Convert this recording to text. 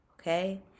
Okay